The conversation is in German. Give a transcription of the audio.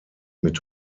mit